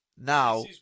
now